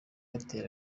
atera